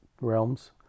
realms